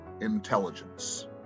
intelligence